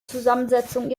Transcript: zusammensetzung